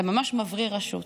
אתה ממש מבריא רשות,